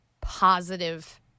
positive